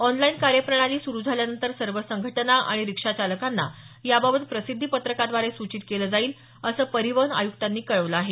online कार्यप्रणाली सुरू झाल्यानंतर सर्व संघटना आणि रिक्षाचालकांना याबाबत प्रसिद्धीपत्रकाद्वारे सूचित केलं जाईल असं परिवहन आयुक्तांनी कळवलं आहे